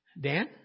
Dan